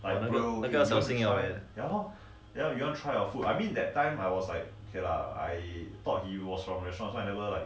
那个要小心了 eh